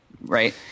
Right